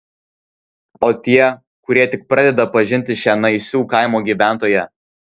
o tie kurie tik pradeda pažinti šią naisių kaimo gyventoją